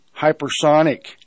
hypersonic